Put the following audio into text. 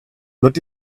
not